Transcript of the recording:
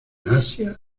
asia